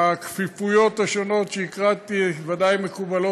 כבר עכשיו התמונה של הדמוקרטיה הישראלית הולכת ומשחירה לאור